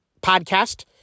podcast